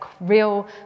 real